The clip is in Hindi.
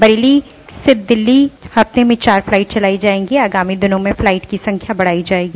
बरेली से दिल्ली हफ्ते में चार फ्लाइट चलाई जाएगी आगामी दिनों में फ्लाइट की संख्या बढ़ाई जाएगी